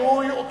כי הוא מסיעתו,